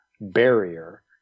barrier